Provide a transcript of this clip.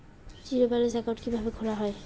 Zero balance account কিভাবে খোলা হয়?